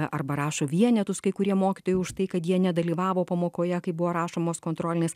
arba rašo vienetus kai kurie mokytojai už tai kad jie nedalyvavo pamokoje kai buvo rašomas kontrolinis